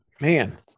Man